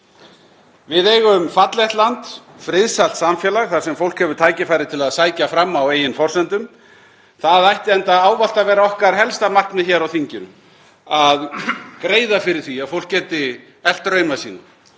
Við eigum fallegt land, friðsælt samfélag þar sem fólk hefur tækifæri til að sækja fram á eigin forsendum. Það ætti enda ávallt að vera okkar helsta markmið hér á þinginu að greiða fyrir því að fólk geti elt drauma sína,